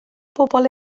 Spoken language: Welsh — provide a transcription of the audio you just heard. bobl